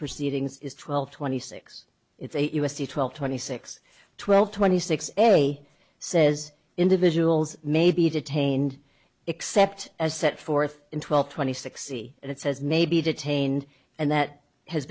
proceedings is twelve twenty six it's eight u s c twelve twenty six twelve twenty six a says individuals may be detained except as set forth in twelve twenty six and it says may be detained and that has